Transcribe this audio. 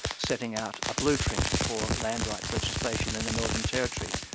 setting out a blueprint for land rights legislation in the northern territory,